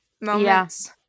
moments